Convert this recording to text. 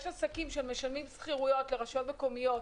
יש עסקים שמשלמים שכירויות לרשויות מקומיות.